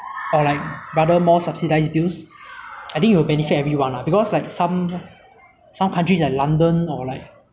I don't know what country ah ya ya they got free healthcare that kind of thing but mu~ more taxes ah but like everybody everybody is equal lah